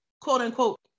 quote-unquote